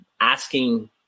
asking